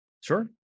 sure